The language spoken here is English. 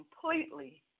completely